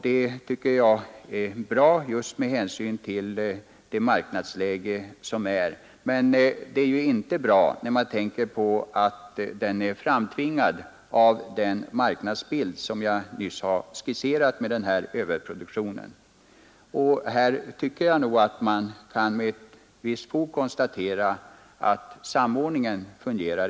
Det tycker jag var bra Torsdagen den med hänsyn till det marknadsläge som råder, men det är inte bra att 20 april 1972 denna ökade lagerhållning är framtvingad av den överproduktion på — marknaden som jag nyss skisserade. Här tycker jag att man med visst fog kan konstatera att samordningen inte fungerar.